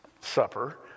supper